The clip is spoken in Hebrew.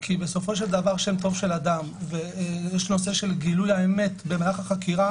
כי בסופו של דבר שם טוב של אדם ונושא גילוי האמת במהלך החקירה,